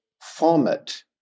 format